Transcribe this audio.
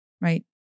right